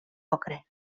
ocre